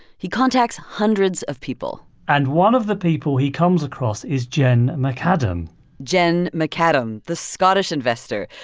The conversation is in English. he contacts hundreds of people and one of the people he comes across is jen mcadam jen mcadam, the scottish investor.